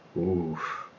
Oof